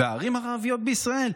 בערים הערביות בישראל.